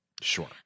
Sure